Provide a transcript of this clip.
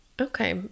okay